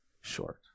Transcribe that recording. short